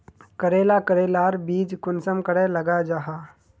करेला करेलार बीज कुंसम करे लगा जाहा?